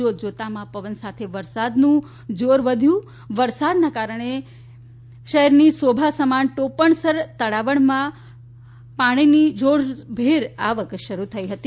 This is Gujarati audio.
જોત જોતામાં પવન સાથે વરસાદનું જોર વધતું ગયું હતું વરસાદના કારણે શહેરની શોભા સમાન ટોપણસર તળાવમાં પાણીની જોશભેર આવક શરૂ થઈ ગઈ છે